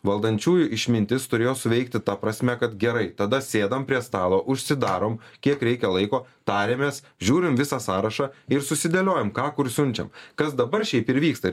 valdančiųjų išmintis turėjo suveikti ta prasme kad gerai tada sėdam prie stalo užsidarom kiek reikia laiko tariamės žiūrim visą sąrašą ir susidėliojam ką kur siunčiam kas dabar šiaip ir vyksta